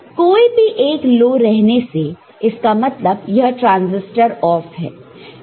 कोई भी एक लो रहने से इसका मतलब यह ट्रांसिस्टर ऑफ है